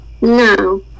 No